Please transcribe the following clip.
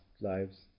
lives